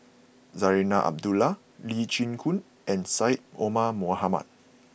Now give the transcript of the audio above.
Zarinah Abdullah Lee Chin Koon and Syed Omar Mohamed